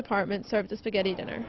department serve the spaghetti dinner